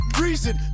Reason